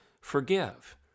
Forgive